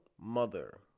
mother